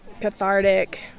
cathartic